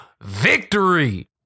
victory